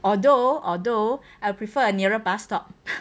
although although I'll prefer a nearer bus stop